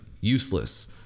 useless